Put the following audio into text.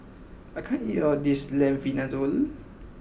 I can't eat all of this Lamb Vindaloo